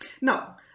Now